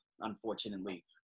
unfortunately